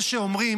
יש שאומרים,